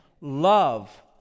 Love